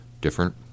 different